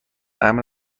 امن